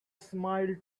smiled